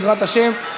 בעזרת השם,